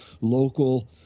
local